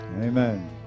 amen